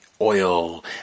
oil